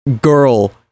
girl